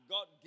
God